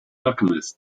alchemist